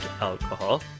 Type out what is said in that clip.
alcohol